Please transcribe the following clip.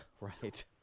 Right